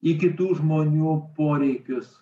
į kitų žmonių poreikius